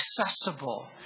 accessible